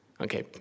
okay